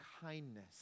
kindness